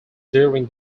during